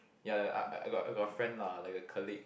ya I I got got a friend lah like a colleague